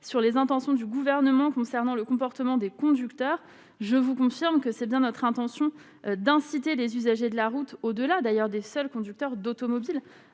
sur les intentions du gouvernement concernant le comportement des conducteurs, je vous confirme que c'est bien notre intention d'inciter les usagers de la route, au-delà d'ailleurs des seuls conducteurs d'automobiles